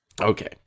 Okay